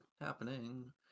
happening